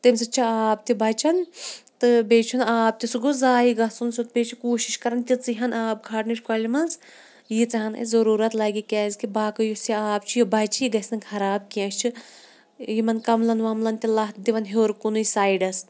تمہِ سۭتۍ چھُ آب تہِ بَچَن تہٕ بیٚیہِ چھُنہٕ آب تہِ سُہ گوٚو زایہِ گَژھُن سُہ بیٚیہِ چھِ کوٗشِش کَران تِژی ہٕنۍ آب کھالنٕچ کۄلہِ مَنٛز ییٖژاہ ہٕنۍ اَسہِ ضروٗرَت لَگہِ کیازکہِ باقٕے یُس یہِ آب چھُ یہِ بَچہِ یہِ گَژھ نہٕ خَراب کینٛہہ یِمَن کَملَن وَملَن تہِ لَتھ دِبان ہیٚور کُنے سایڈَس